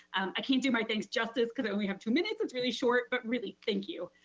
i can't do my thanks justice cause i only have two minutes. it's really short, but really thank you.